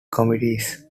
committees